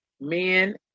men